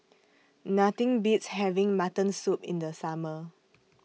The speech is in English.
Nothing Beats having Mutton Soup in The Summer